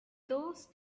those